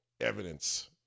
evidence